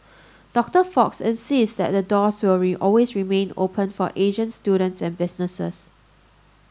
Doctor Fox insists that the doors will always remain open for Asian students and businesses